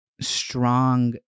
strong